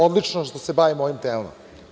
Odlično što se bavimo ovim temama.